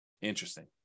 Interesting